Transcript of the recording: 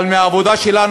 אבל מהעבודה שלנו,